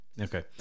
Okay